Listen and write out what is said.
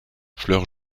fleur